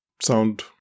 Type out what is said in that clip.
sound